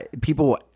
people